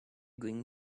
going